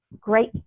great